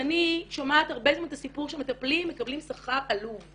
כי אני שומעת הרבה זמן את הסיפור שמטפלים מקבלים שכר עלוב.